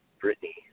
Brittany